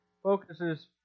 focuses